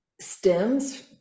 stems